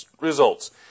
results